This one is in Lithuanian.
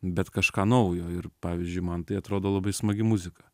bet kažką naujo ir pavyzdžiui man tai atrodo labai smagi muzika